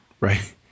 right